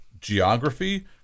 geography